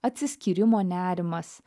atsiskyrimo nerimas